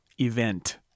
event